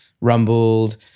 rumbled